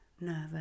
nervous